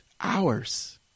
hours